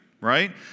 right